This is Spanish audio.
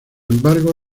embargo